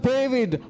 David